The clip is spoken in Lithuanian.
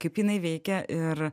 kaip jinai veikia ir